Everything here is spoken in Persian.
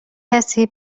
کسی